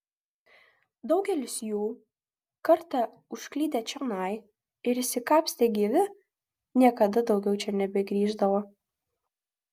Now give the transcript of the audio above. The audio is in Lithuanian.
daugelis jų kartą užklydę čionai ir išsikapstę gyvi niekada daugiau čia nebegrįždavo